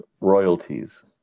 royalties